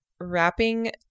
wrapping